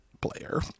player